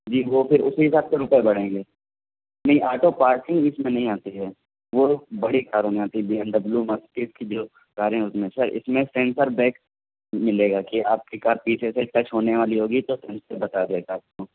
جی وہ پھر اسی حساب سے روپئے بڑھیں گے نہیں آٹو پارکنگ اس میں نہیں آتی ہے وہ بڑی کاروں میں آتی ہے بی ایم ڈبلو مرسڈیز کی جو کاریں ہیں اس میں سر اس میں سینسر بیک ملے گا کہ آپ کی کار پیچھے سے ٹچ ہونے والی ہوگی تو سینسر بتا دے گا آپ کو